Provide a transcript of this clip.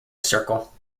circle